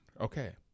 okay